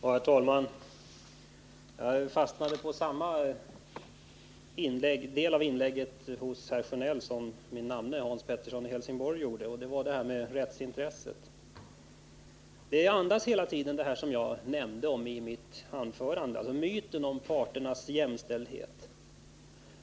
Herr talman! Jag fastnade för samma del av Bengt Sjönells inlägg som min namne i Helsingborg, nämligen den där Bengt Sjönell sade att det är ett rättsintresse att ett fristående verk inrättas. Hela tiden ges uttryck för det som jag nämnde i mitt anförande, myten om parternas jämställdhet.